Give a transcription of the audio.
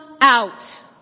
out